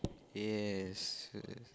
yes uh